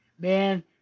man